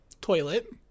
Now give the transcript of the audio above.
toilet